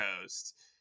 Coast